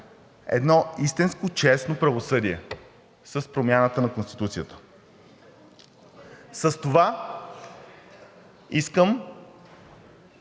едно истинско, честно правосъдие с промяната на Конституцията. С това искам